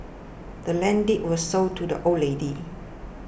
the land's deed was sold to the old lady